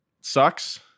sucks